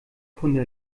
kunde